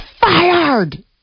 fired